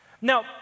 Now